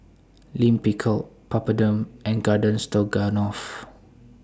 Lime Pickle Papadum and Garden Stroganoff